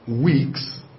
weeks